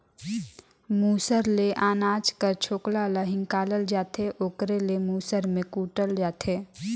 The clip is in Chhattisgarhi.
मूसर ले अनाज कर छोकला ल हिंकालल जाथे ओकरे ले मूसर में कूटल जाथे